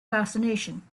fascination